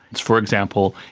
for example,